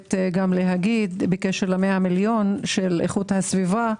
חייבת גם לומר בקשר ל-100 מיליון של איכות הסביבה,